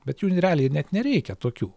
bet jų n realiai net nereikia tokių